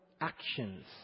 actions